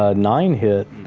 ah nine hit,